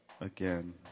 again